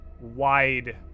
wide